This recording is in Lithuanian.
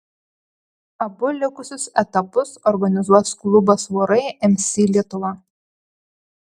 abu likusius etapus organizuos klubas vorai mc lietuva